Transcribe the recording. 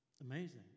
amazing